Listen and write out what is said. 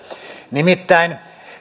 nimittäin